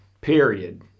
Period